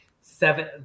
seven